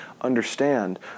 understand